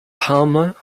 palmer